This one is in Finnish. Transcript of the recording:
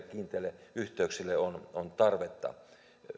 kiinteille yhteyksille on on tarvetta erityisesti